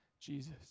Jesus